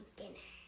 dinner